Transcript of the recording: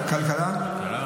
בסדר.